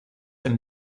ein